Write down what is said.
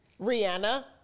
rihanna